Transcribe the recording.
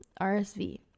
RSV